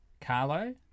Carlo